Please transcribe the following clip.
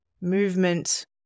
Movement